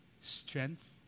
strength